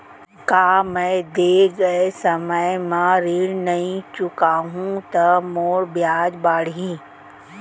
का मैं दे गए समय म ऋण नई चुकाहूँ त मोर ब्याज बाड़ही?